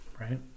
Right